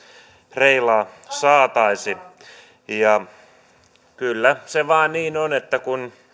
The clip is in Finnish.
reilaan saataisiin ja kyllä se vain niin on että kun